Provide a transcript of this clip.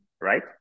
Right